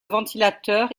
ventilateur